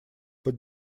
под